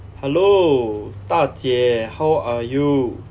hello 大姐 how are you